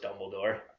Dumbledore